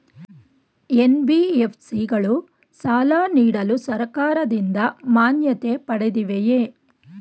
NBFC ಗಳು ಸಾಲ ನೀಡಲು ಸರ್ಕಾರದಿಂದ ಮಾನ್ಯತೆ ಪಡೆದಿವೆಯೇ?